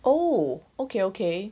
oh okay okay